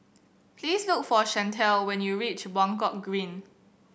please look for Chantelle when you reach Buangkok Green